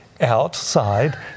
outside